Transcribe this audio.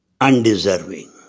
undeserving